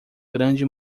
grande